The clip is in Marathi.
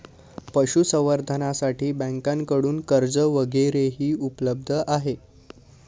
पशुसंवर्धनासाठी बँकांकडून कर्ज वगैरेही उपलब्ध आहे